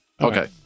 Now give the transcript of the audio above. Okay